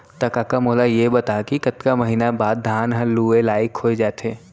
त कका मोला ये बता कि कतका महिना बाद धान ह लुए लाइक हो जाथे?